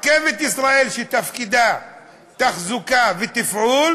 "רכבת ישראל", שתפקידה תחזוקה ותפעול,